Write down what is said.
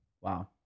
Wow